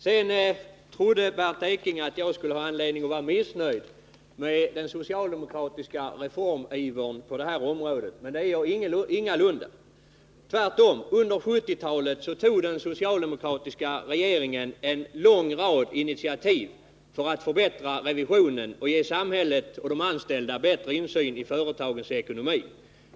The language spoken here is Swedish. Sedan trodde Bernt Ekinge att jag skulle ha anledning att vara missnöjd med den socialdemokratiska reformivern på det här området, men det är jag ingalunda—- tvärtom. Under 1970-talet tog den socialdemokratiska regeringen en lång rad initiativ för att förbättra revisionen och ge samhället och de anställda bättre insyn i företagens ekonomi.